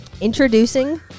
Introducing